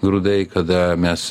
grūdai kada mes